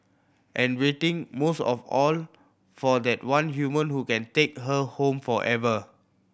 and waiting most of all for that one human who can take her home forever